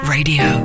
Radio